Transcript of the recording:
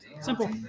Simple